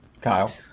Kyle